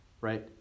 right